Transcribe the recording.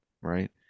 right